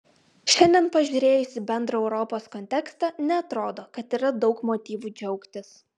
šiandien pažiūrėjus į bendrą europos kontekstą neatrodo kad yra daug motyvų džiaugtis